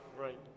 right